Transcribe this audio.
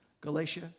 Galatia